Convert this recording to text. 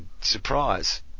surprise